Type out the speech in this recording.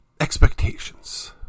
expectations